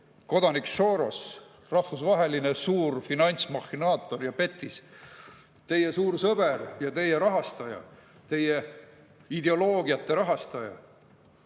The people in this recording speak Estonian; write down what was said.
kodanik Soros, rahvusvaheline suur finantsmahhinaator ja petis, teie suur sõber ja teie rahastaja, teie ideoloogiate rahastaja. Porto